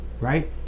right